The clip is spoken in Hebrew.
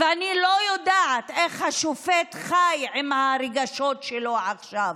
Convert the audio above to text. ואני לא יודעת איך השופט חי עם הרגשות שלו עכשיו.